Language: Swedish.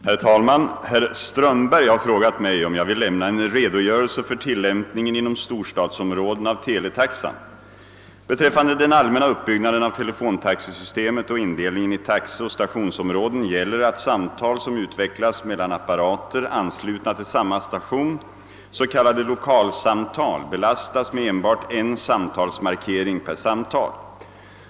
Herr talman! Herr Strömberg har frågat mig om jag vill lämna en redogörelse för tillämpningen inom storstadsområden av teletaxan. Beträffande den allmänna uppbyggnaden av telefontaxesystemet och indelningen i taxeoch stationsområden gäller att samtal som utväxlas mellan apparater anslutna till samma station — s.k. lokalsamtal — belastas med enbart en samtalsmarkering per samtal.